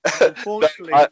Unfortunately